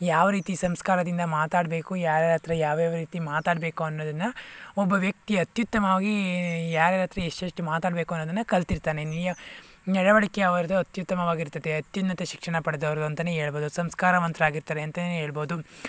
ಯಾವ ರೀತಿ ಸಂಸ್ಕಾರದಿಂದ ಮಾತಾಡಬೇಕು ಯಾರ್ಯಾರ ಹತ್ರ ಯಾವ್ಯಾವ ರೀತಿ ಮಾತಾಡಬೇಕು ಅನ್ನೋದನ್ನು ಒಬ್ಬ ವ್ಯಕ್ತಿ ಅತ್ಯುತ್ತಮವಾಗಿ ಯಾರ್ಯಾರ ಹತ್ರ ಎಷ್ಟು ಎಷ್ಟು ಮಾತಾಡಬೇಕು ಅನ್ನೋದನ್ನು ಕಲ್ತಿರ್ತಾನೆ ನಿಯ ನಡವಳಿಕೆ ಅವರದು ಅತ್ಯುತ್ತಮವಾಗಿರುತ್ತದೆ ಅತ್ಯುನ್ನತ ಶಿಕ್ಷಣ ಪಡೆದವರದ್ದು ಅಂತಾನೇ ಹೇಳ್ಬೋದು ಸಂಸ್ಕಾರವಂತ್ರಾಗಿರ್ತಾರೆ ಅಂತಾನೇ ಹೇಳ್ಬೋದು